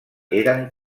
eren